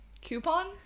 Coupon